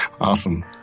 Awesome